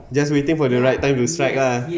just waiting for the right time to strike ah